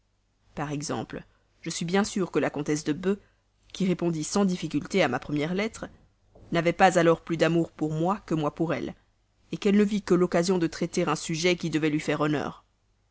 par exemple je suis bien sûr que la comtesse de b qui répondit sans difficulté à ma première lettre n'avait pas alors plus d'amour pour moi que moi pour elle qu'elle ne vit que l'occasion de traiter un sujet qui devait lui faire honneur